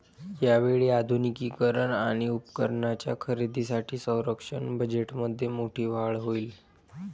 यावेळी आधुनिकीकरण आणि उपकरणांच्या खरेदीसाठी संरक्षण बजेटमध्ये मोठी वाढ होईल